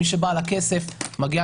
המשטרה נותנת